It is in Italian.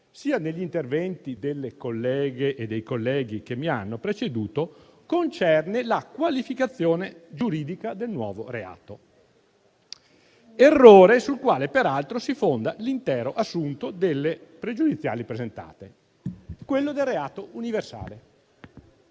sia negli interventi delle colleghe e dei colleghi che mi hanno preceduto, concerne la qualificazione giuridica del nuovo reato - errore sul quale peraltro si fonda l'intero assunto delle pregiudiziali presentate - quello del reato universale.